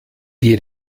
die